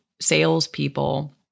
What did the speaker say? salespeople